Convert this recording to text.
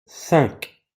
cinq